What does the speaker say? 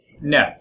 No